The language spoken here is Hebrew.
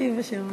ישיב בשם הממשלה.